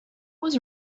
was